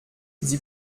sie